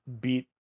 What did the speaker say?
beat